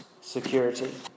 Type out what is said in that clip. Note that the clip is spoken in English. security